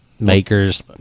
Makers